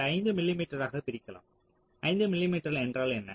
இதை 5 மிமீ ஆக பிரிக்கலாம் 5 மிமீ என்றால் என்ன